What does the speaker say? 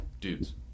dudes